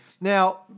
Now